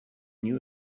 knew